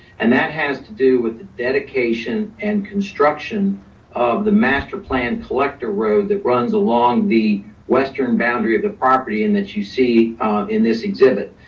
and that has to do with the dedication and construction of the master plan collector road that runs along the western boundary of the property and that you see in this exhibit.